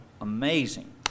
amazing